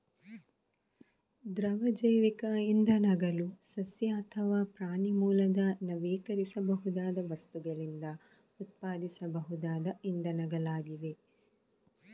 ದ್ರವ ಜೈವಿಕ ಇಂಧನಗಳು ಸಸ್ಯ ಅಥವಾ ಪ್ರಾಣಿ ಮೂಲದ ನವೀಕರಿಸಬಹುದಾದ ವಸ್ತುಗಳಿಂದ ಉತ್ಪಾದಿಸಬಹುದಾದ ಇಂಧನಗಳಾಗಿವೆ